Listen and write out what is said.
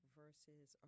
versus